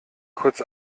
kurz